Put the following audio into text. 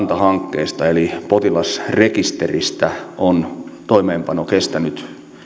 hankkeesta eli potilasrekisteristä on toimeenpano kestänyt